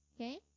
okay